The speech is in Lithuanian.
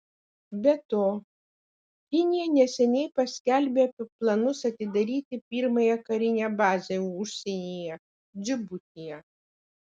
be to kinija neseniai paskelbė apie planus atidaryti pirmąją karinę bazę užsienyje džibutyje